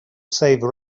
save